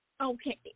Okay